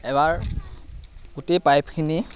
এবাৰ গোটেই পাইপখিনি